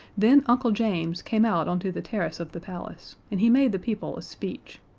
then uncle james came out onto the terrace of the palace, and he made the people a speech.